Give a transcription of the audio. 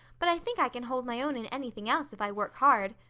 but i think i can hold my own in anything else if i work hard.